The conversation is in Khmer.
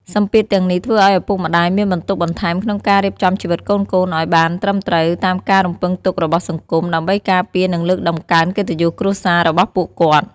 សម្ពាធទាំងនេះធ្វើឲ្យឪពុកម្ដាយមានបន្ទុកបន្ថែមក្នុងការរៀបចំជីវិតកូនៗឲ្យបានត្រឹមត្រូវតាមការរំពឹងទុករបស់សង្គម ដើម្បីការពារ និងលើកតម្កើងកិត្តិយសគ្រួសាររបស់ពួកគាត់។